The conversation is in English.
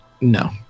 No